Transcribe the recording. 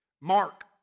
Mark